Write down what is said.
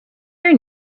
your